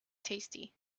tasty